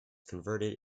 converted